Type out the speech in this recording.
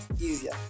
easier